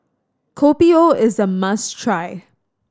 Kopi O is a must try